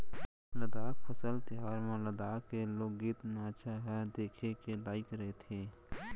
लद्दाख फसल तिहार म लद्दाख के लोकगीत, नाचा ह देखे के लइक रहिथे